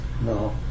No